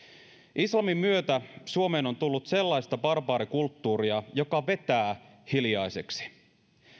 islamin myötä suomeen on tullut sellaista barbaarikulttuuria joka vetää hiljaiseksi